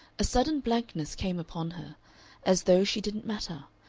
a sudden blankness came upon her as though she didn't matter,